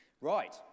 Right